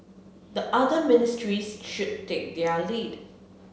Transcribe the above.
the other ministries should take their lead